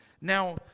Now